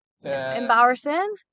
embarrassing